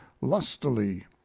lustily